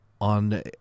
on